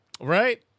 Right